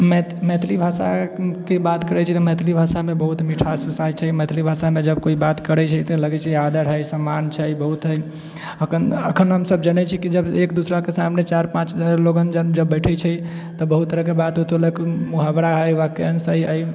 मैथिली भाषा के बात करै छी तऽ मैथिली भाषा मे बहुत मिठास बुझाइ छै मैथिली भाषा मे जब कोइ बात करै छै तऽ लगै छै जे आदर है सम्मान छै बहुते तऽ अखन अखन हमसब जनै छी की जब एक दूसरा के सामने चारि पाँच जन लोगन जब बैठै छै तब बहुत तरह के बात उत होलक मुहावरा है वाक्यांश है एहि